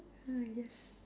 mm yes